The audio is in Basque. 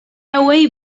hauei